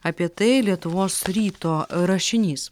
apie tai lietuvos ryto rašinys